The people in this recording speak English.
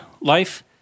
life